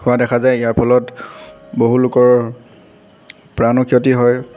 হোৱা দেখা যায় ইয়াৰ ফলত বহু লোকৰ প্ৰাণো ক্ষতি হয়